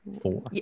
four